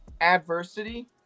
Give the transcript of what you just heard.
adversity